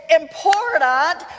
important